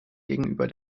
gegenüber